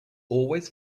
always